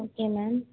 okay ma'am